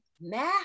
math